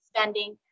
spending